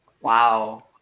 Wow